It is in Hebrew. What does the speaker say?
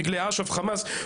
דגלי אש"ף וחמאס.